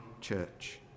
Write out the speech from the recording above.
church